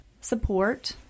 support